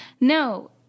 no